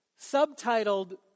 subtitled